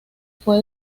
fue